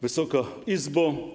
Wysoka Izbo!